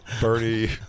Bernie